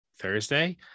Thursday